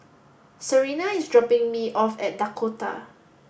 Serena is dropping me off at Dakota